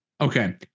Okay